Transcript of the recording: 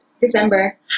december